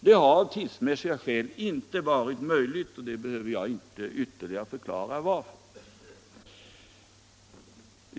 Det har av tidsmässiga skäl inte varit möjligt — jag behöver inte ytterligare förklara varför.